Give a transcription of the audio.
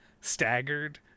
staggered